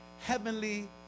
heavenly